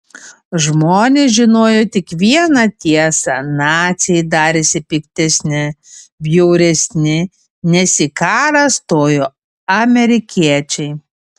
žmonės žinojo tik vieną tiesą naciai darėsi piktesni bjauresni nes į karą stojo amerikiečiai